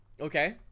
Okay